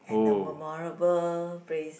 and the memorable place